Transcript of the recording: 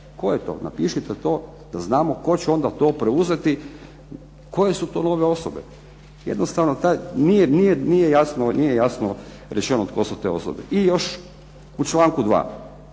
tko je to, da znamo tko će to preuzeti koje su to nove osobe. Jednostavno nije jasno rečeno tko su te osobe. Još u članku 2.